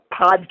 podcast